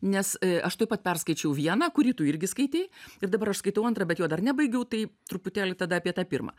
nes aš tuoj pat perskaičiau vieną kurį tu irgi skaitei ir dabar aš skaitau antrą bet jo dar nebaigiau tai truputėlį tada apie tą pirmą